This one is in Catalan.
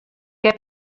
què